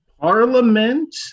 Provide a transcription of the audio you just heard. Parliament